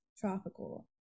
tropical